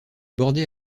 bordé